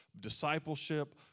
discipleship